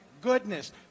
goodness